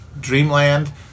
Dreamland